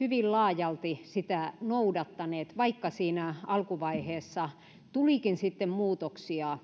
hyvin laajalti sitä noudattaneet vaikka siinä alkuvaiheessa tulikin sitten muutoksia